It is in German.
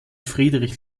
friedrich